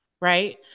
right